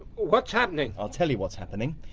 what's happening? i'll tell you what's happening!